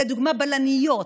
לדוגמה בלניות,